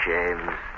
James